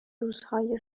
روزهای